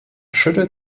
schüttelt